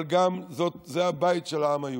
אבל גם זה הבית של העם היהודי.